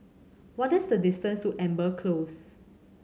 what is the distance to Amber Close